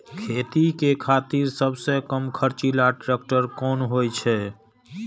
खेती के खातिर सबसे कम खर्चीला ट्रेक्टर कोन होई छै?